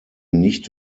nicht